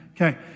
Okay